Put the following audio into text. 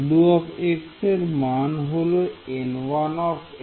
W এর মান হল N1